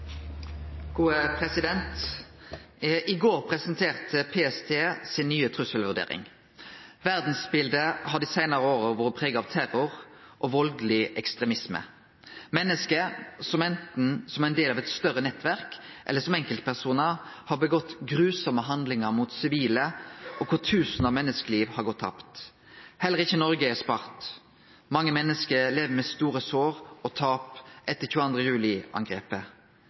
I går presenterte PST si nye trusselvurdering. Verdsbildet har dei seinare åra vore prega av terror og valdeleg ekstremisme. Enten som ein del av eit større nettverk eller som enkeltpersonar har menneske gjort seg skuldige i forferdelege handlingar mot sivile, og tusenvis av menneskeliv har gått tapt. Heller ikkje Noreg er spart. Mange menneske lever med store sår og tap etter